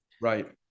Right